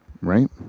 Right